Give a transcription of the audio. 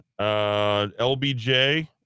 LBJ